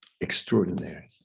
extraordinary